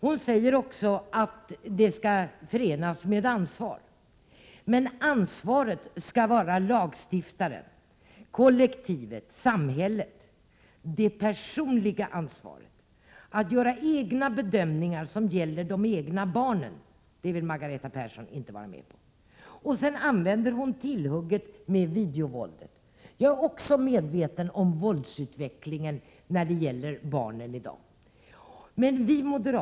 Hon säger också att friheten skall förenas med ansvar. Men ansvaret skall vara lagstiftarens, kollektivets, samhällets. Det personliga ansvaret, att göra egna bedömningar som gäller de egna barnen — det vill Margareta Persson inte vara med på. Sedan använder hon frågan om videovåldet som tillhygge. Jag är också medveten om våldsutvecklingen när det gäller barnen i dag. Men vi 37 Prot.